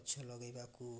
ଗଛ ଲଗାଇବାକୁ